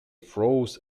froze